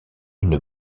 une